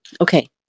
Okay